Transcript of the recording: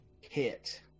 hit